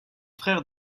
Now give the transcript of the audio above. frère